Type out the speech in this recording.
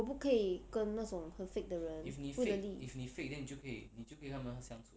我不可以跟那种很 fake 的人不能